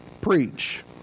preach